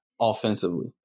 offensively